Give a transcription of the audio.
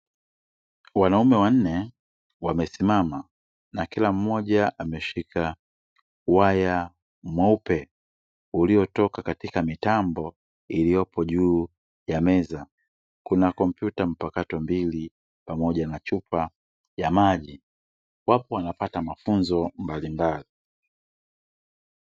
Wanaume wanne wamesimama na kila mmoja ameshika waya mweupe uliotoka katika mitambo iliyopo juu ya meza. Kuna kompyuta mpakato mbili pamoja na chupa ya maji. Wapo wanapata mafunzo mbalimbali.